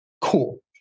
Cool